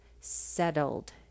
settled